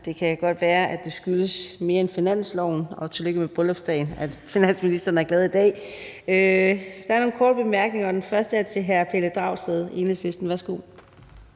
Det kan godt være, at det skyldes mere end finansloven – og tillykke med bryllupsdagen – at finansministeren er glad i dag. Der er nogle korte bemærkninger, og den første er til hr. Pelle Dragsted, Enhedslisten. Værsgo.